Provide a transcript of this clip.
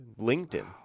LinkedIn